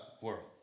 world